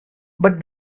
but